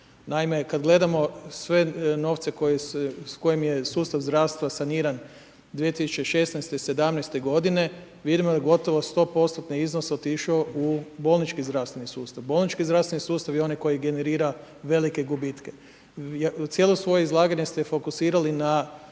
Naime kad gledamo sve novce s kojim je sustav zdravstva saniran 2016., 2017. godine, vidimo da je gotovo 100% iznos otišao u bolnički zdravstveni sustav. Bolnički zdravstveni sustav je onaj koji generira velike gubitke. Cijelo svoje izlaganje ste fokusirali na